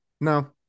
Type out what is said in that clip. no